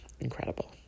incredible